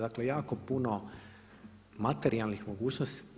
Dakle jako puno materijalnih mogućnosti.